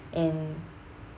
and